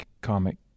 comic